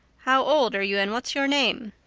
how old are you and what's your name?